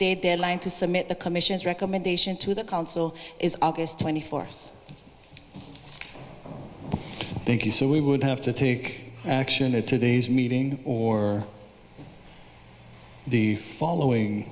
day deadline to submit the commission's recommendation to the council is august twenty fourth thank you so we would have to take action at today's meeting or the following